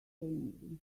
family